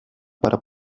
para